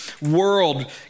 world